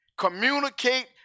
communicate